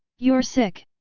you're sick.